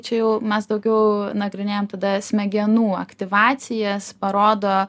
čia jau mes daugiau nagrinėjam tada smegenų aktyvacijas parodo